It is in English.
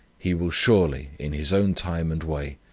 he will surely, in his own time and way,